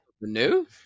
new